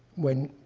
when